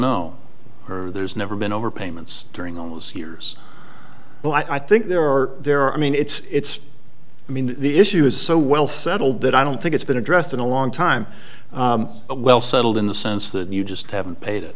know or there's never been overpayments during all those years but i think there are there are i mean it's i mean the issue is so well settled that i don't think it's been addressed in a long time well settled in the sense that you just haven't paid